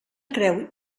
creu